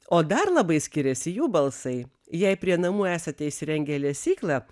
o dar labai skiriasi jų balsai jei prie namų esate įsirengę lesyklą